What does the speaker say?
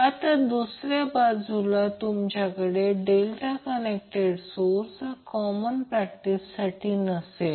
आता दुसऱ्या बाजूला तुमच्याकडे डेल्टा कनेक्टेड सोर्स हा कॉमन प्रॅक्टिससाठी नसेल